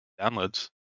downloads